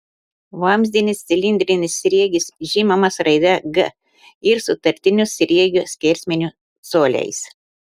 vamzdinis cilindrinis sriegis žymimas raide g ir sutartiniu sriegio skersmeniu coliais